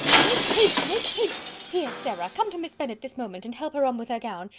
make haste, make haste. here, sarah, come to miss bennet this moment, and help her on with her gown.